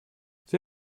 sie